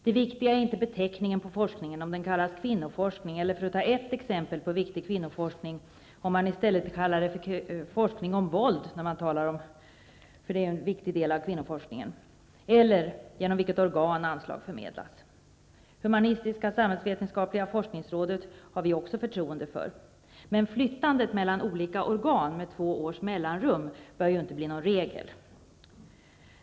Det viktiga är inte beteckningen på forskningen, om den kallas kvinnoforskning, eller för att ta ett exempel på viktig kvinnoforskning, om den i stället kallas för forskning om våld, som är en viktig del av kvinnoforskningen, eller genom vilket organ anslaget förmedlas. Vi har också förtroende för humanistisksamhällsvetenskapliga forskningsrådet. Men ett flyttande mellan olika organ med två års mellanrum bör inte bli någon regel.